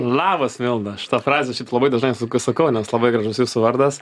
labas milda šitą frazę šiaip labai dažnai sakau nes labai gražus jūsų vardas